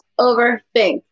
overthink